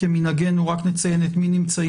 מספר